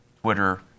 Twitter